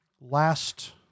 Last